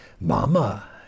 Mama